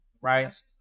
right